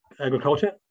agriculture